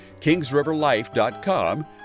kingsriverlife.com